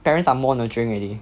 parents are more nurturing already